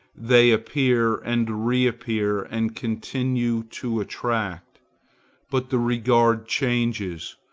they appear and reappear and continue to attract but the regard changes,